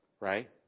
right